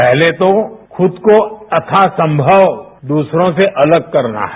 पहले तो खुद को अथासंभव दूसरों से अलग करना है